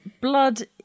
blood